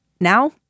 Now